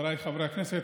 חבריי חברי הכנסת,